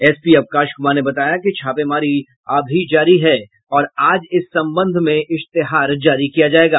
SP Avkash Kumar ने बताया कि छापेमारी अभी जारी है और आज इस संबंध में इश्तेहार जारी किया जायेगा